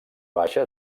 baixa